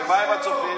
ומה עם הצופים?